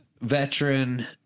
veteran